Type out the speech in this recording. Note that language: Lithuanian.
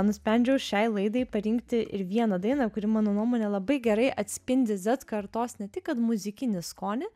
nusprendžiau šiai laidai parinkti ir vieną dainą kuri mano nuomone labai gerai atspindi zet kartos ne tik kad muzikinį skonį